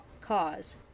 cause